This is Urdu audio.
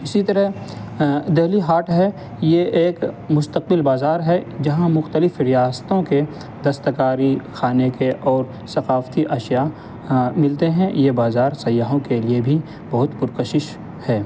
اسی طرح دہلی ہاٹ ہے یہ ایک مستقل بازار ہے جہاں مختلف ریاستوں کے دستکاری کھانے کے اور ثقافتی اشیاء ملتے ہیں یہ بازار سیاحوں کے لیے بھی بہت پرکشش ہے